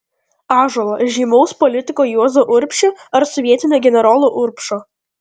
ąžuolo žymaus politiko juozo urbšio ar sovietinio generolo urbšo